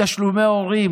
שתשלומי הורים,